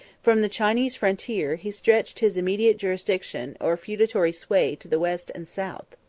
from the chinese frontier, he stretched his immediate jurisdiction or feudatory sway to the west and south,